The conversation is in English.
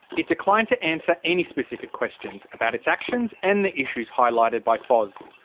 it declined to answer any specific questions about its actions and the issues highlighted by fos.